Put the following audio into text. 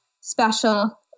special